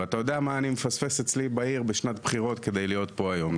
ואתה מה אני מפספס אצלי בעיר בשנת בחירות כדי להיות פה היום,